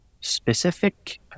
specific